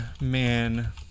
Man